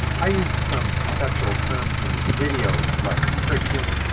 i used some conceptual terms in this video, like friction,